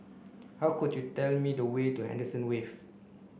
hill could you tell me the way to Henderson Wave